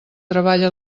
treballa